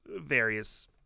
Various